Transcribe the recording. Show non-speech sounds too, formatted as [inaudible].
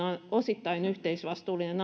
osittain yhteisvastuullinen [unintelligible]